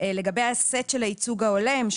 לגבי הסט של הייצוג ההולם,